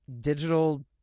digital